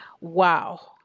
wow